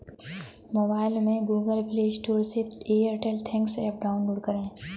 mobile में Google Play Store से Airtel Thanks app download करें